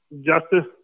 justice